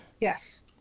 yes